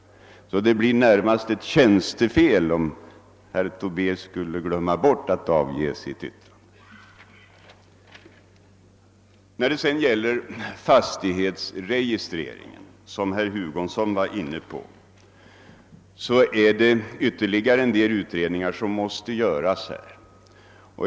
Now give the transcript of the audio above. Det blir närmast ett tjänstefel, om herr Tobé skulle glömma bort att avge sitt yttrande. När det gäller fastighetsregistreringen, en fråga som herr Hugosson var inne på, måste ytterligare en del utredningar göras.